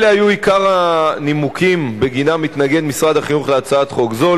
אלה היו עיקר הנימוקים שבגינם משרד החינוך מתנגד להצעת חוק זו.